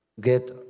Get